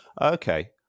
okay